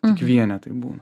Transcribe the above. tik vienetai būna